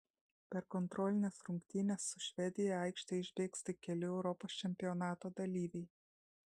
per kontrolines rungtynes su švedija į aikštę išbėgs tik keli europos čempionato dalyviai